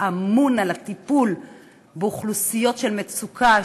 שאמון על הטיפול באוכלוסיות של מצוקה,